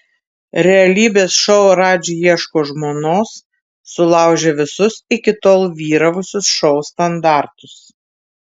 realybės šou radži ieško žmonos sulaužė visus iki tol vyravusius šou standartus